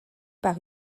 par